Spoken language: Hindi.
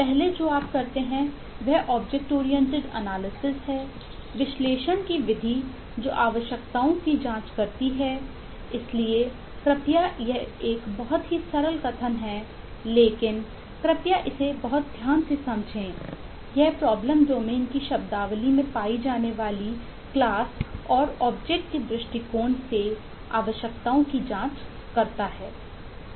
एक ऑब्जेक्ट ओरिएंटेड एनालिसिस के दृष्टिकोण से आवश्यकताओं की जांच करता है